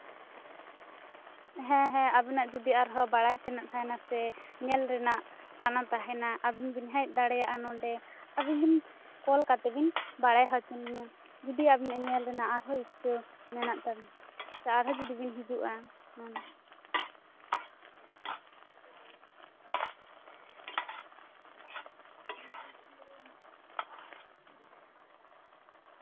ᱦᱮᱸ ᱦᱮᱸ ᱟᱵᱤᱱᱟᱜ ᱡᱩᱫᱤ ᱟᱨᱦᱚᱸ ᱵᱟᱲᱟᱭ ᱛᱮᱱᱟᱜ ᱛᱟᱦᱮᱸᱱᱟ ᱥᱮ ᱧᱮᱞ ᱨᱮᱭᱟᱜ ᱥᱟᱱᱟ ᱛᱟᱦᱮᱸᱱᱟ ᱟᱵᱤᱱ ᱵᱤᱱ ᱦᱮᱡ ᱫᱟᱲᱮᱭᱟᱜᱼᱟ ᱱᱚᱸᱰᱮ ᱟᱵᱤᱱ ᱠᱚᱞ ᱠᱟᱛᱮᱫ ᱵᱤᱱ ᱵᱟᱲᱟᱭ ᱦᱚᱪᱚ ᱞᱤᱧᱟᱹ ᱡᱩᱫᱤ ᱟᱵᱤᱱᱟᱜ ᱧᱮᱞ ᱨᱮᱭᱟᱜ ᱟᱨᱦᱚᱸ ᱤᱪᱪᱷᱟᱹ ᱢᱮᱱᱟᱜ ᱛᱟᱵᱤᱱᱟ ᱥᱮ ᱟᱨᱦᱚᱸ ᱡᱩᱫᱤᱵᱤᱱ ᱦᱤᱡᱩᱜᱼᱟ ᱱᱚᱸᱰᱮ